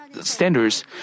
standards